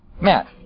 Matt